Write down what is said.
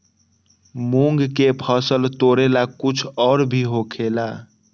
मूंग के फसल तोरेला कुछ और भी होखेला?